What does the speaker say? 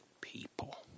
people